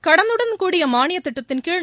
கடனுடன் கூடிய மானிய திட்டத்தின்கீழ்